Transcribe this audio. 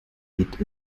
geht